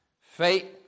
Faith